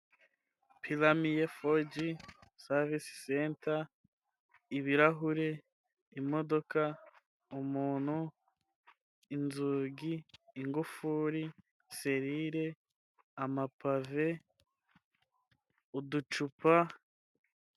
Porami foji savsi senta, ibirahuri imodoka umuntu inzugi ingufuri serire amapave uducupa.